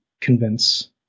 convince